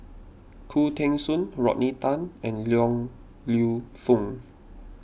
Khoo Teng Soon Rodney Tan and Yong Lew Foong